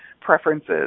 preferences